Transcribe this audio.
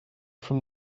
from